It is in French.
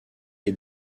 est